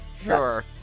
Sure